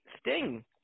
Sting